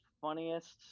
funniest